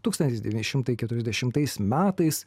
tūkstantis devyni šimtai keturiasdešimtais metais